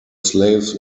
slaves